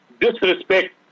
Disrespect